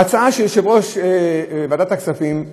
ההצעה של יושב-ראש ועדת הכספים,